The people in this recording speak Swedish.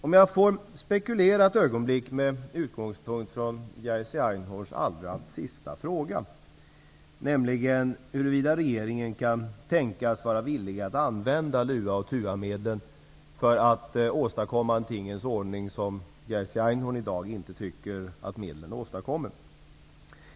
Låt mig spekulera ett ögonblick med utgångspunkt i Jerzy Einhorns allra senaste fråga, nämligen huruvida regeringen kan tänkas vara villig att använda LUA och TUA-medlen för att åstadkomma en tingens ordning som Jerzy Einhorn i dag inte tycker att medlen åstadkommer.